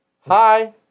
hi